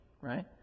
right